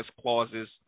clauses